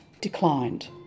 declined